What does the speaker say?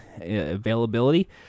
availability